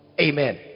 Amen